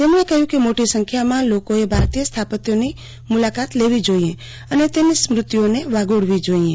તેમણે કહ્યું કે મોટી સંખ્યામાં લોકોએ ભારતીય સ્થાપત્યોની મુલાકાત લેવી જોઇએ અને તેની સ્મૃતિઓને વાગોળવી જોઇએ